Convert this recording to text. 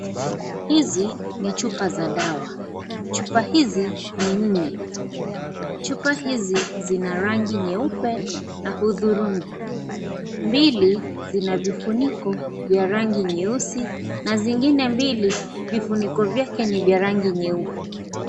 Hizi ni chupa za dawa. Chupa hizi, ni nne. Chupa hizi, ni za rangi nyeupe na udhurungi. Mbili, zina vifuniko vya rangi nyeusi na zingine mbili, vifuniko vyake ni vya rangi nyeupe.